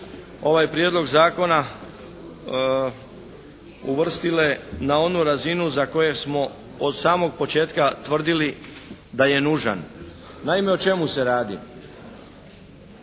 ovaj prijedlog zakona uvrstile na onu razinu za koju smo od samog početka tvrdili da je nužan. Naime o čemu se radi.